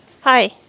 hi